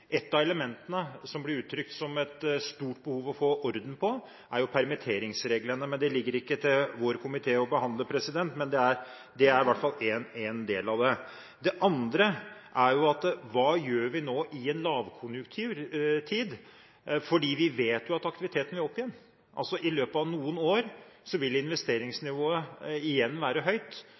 Et av elementene som det blir uttrykt at det er et stort behov å få orden på, er jo permitteringsreglene. Det ligger ikke til vår komité å behandle, men det er i hvert fall én del av det. Det andre er hva vi gjør nå i en lavkonjunkturtid. Vi vet jo at aktiviteten vil opp igjen. I løpet av noen år vil investeringsnivået igjen være høyt,